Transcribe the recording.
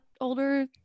older